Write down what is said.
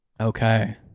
Okay